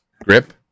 Grip